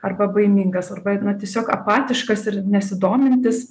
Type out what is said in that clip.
arba baimingas arba na tiesiog apatiškas ir nesidomintis